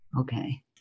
Okay